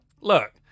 look